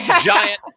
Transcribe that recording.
giant